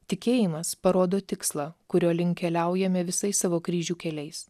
tikėjimas parodo tikslą kurio link keliaujame visais savo kryžių keliais